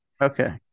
Okay